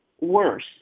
worse